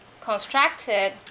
constructed